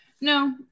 No